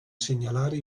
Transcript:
segnalare